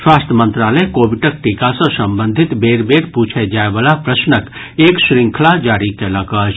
स्वास्थ्य मंत्रालय कोविडक टीका सँ संबंधित बेर बेर पूछय जायवला प्रश्नक एक श्रृंखला जारी कयलक अछि